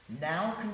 now